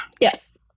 Yes